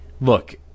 Look